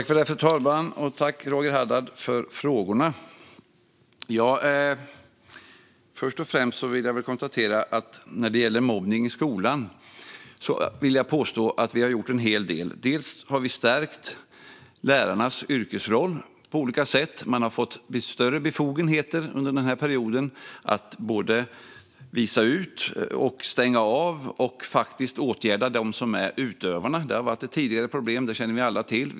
Fru talman! Tack, Roger Haddad, för frågorna! Först och främst vill jag påstå att när det gäller mobbning i skolan har vi gjort en hel del. Vi har till exempel stärkt lärarnas yrkesroll på olika sätt. Man har under den här perioden fått större befogenheter att både visa ut, stänga av och faktiskt åtgärda förövarna. Detta har varit ett problem tidigare; det känner vi alla till.